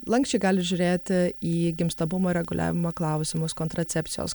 lanksčiai gali žiūrėti į gimstamumo reguliavimo klausimus kontracepcijos